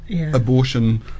abortion